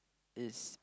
it's